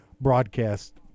broadcast